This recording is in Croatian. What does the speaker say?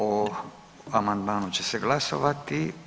O amandmanu će se glasovati.